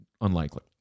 Unlikely